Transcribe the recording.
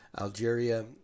Algeria